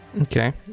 Okay